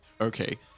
okay